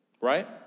Right